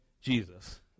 Jesus